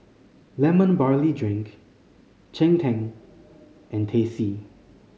Lemon Barley Drink cheng tng and Teh C